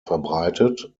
verbreitet